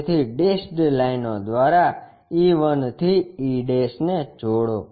તેથી ડેશેડ લાઇનો દ્વારા E 1 થી E ને જોડો